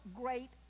great